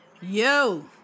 Yo